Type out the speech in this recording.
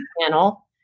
panel